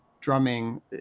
drumming